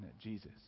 Jesus